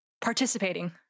participating